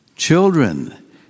Children